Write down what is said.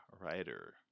writer